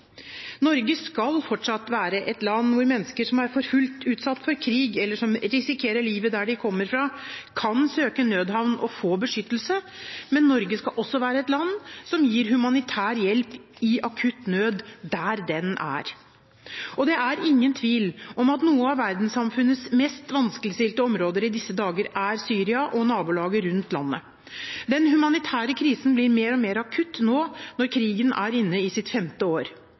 Norge skal fortsatt være et land hvor mennesker som er forfulgt, utsatt for krig eller som risikerer livet der de kommer fra, kan søke nødhavn og få beskyttelse, men Norge skal også være et land som gir humanitær hjelp i akutt nød der den er. Og det er ingen tvil om at noen av verdenssamfunnets mest vanskeligstilte områder i disse dager er Syria og nabolaget rundt landet. Den humanitære krisen blir mer og mer akutt nå når krigen er inne i sitt femte år.